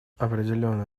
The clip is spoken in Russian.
определенную